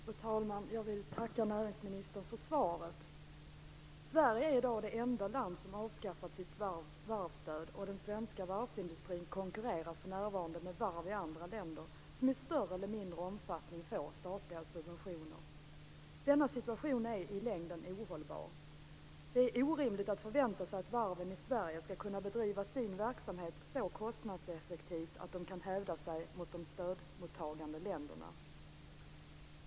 Fru talman! Jag tackar näringsministern för svaret. Sverige är i dag det enda land som avskaffat sitt varvsstöd. Den svenska varvsindustrin konkurrerar för närvarande med varv i länder som i större eller mindre omfattning får statliga subventioner. Denna situation är i längden ohållbar. Det är orimligt att förvänta sig att varven i Sverige skall kunna bedriva sin verksamhet så kostnadseffektivt att de kan hävda sig mot de stödmottagande länderna.